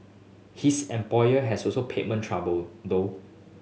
his employer also has payment trouble though